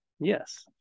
yes